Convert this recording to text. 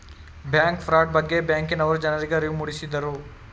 bank fraud ಬಗ್ಗೆ ಬ್ಯಾಂಕಿನವರು ಜನರಿಗೆ ಅರಿವು ಮೂಡಿಸಿದರು